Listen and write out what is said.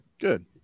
Good